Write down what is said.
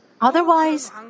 Otherwise